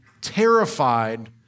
terrified